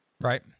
Right